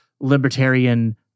libertarian